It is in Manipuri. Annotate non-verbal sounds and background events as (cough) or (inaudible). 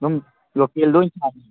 ꯑꯗꯨꯝ ꯂꯣꯀꯦꯜꯗ ꯑꯣꯏꯅ (unintelligible)